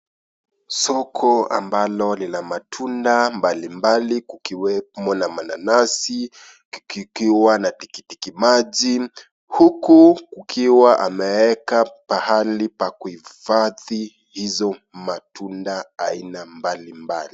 Soko ambalo lina matunda mbalimbali kukiwemo na mananasi , kukiwa na tikitikimaji huku akiwa ameeka pahali pa kuhifadhi hizo matunda aina mbalimbali.